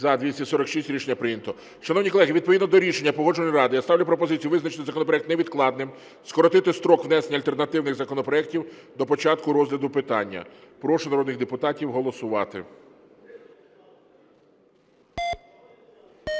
За-246 Рішення прийнято. Шановні колеги, відповідно до рішення Погоджувальної ради я ставлю пропозицію визначити законопроект невідкладним, скоротити строк внесення альтернативних законопроектів до початку розгляду питання. Прошу народних депутатів голосувати.